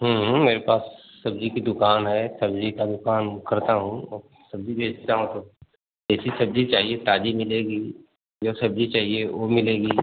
मेरे पास सब्ज़ी की दुकान है सब्ज़ी का भी काम करता हूँ सब्ज़ी भी अच्छा मतलब जैसी सब्ज़ी चाहिए ताज़ी मिलेगी जो सब्ज़ी चाहिए वह मिलेगी